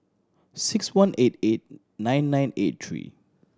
six one eight eight nine nine eight three